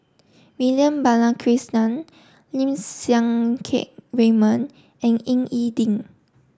Vivian Balakrishnan Lim Siang Keat Raymond and Ying E Ding